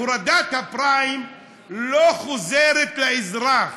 הורדת הפריים לא חוזרת לאזרח,